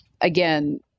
Again